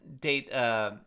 date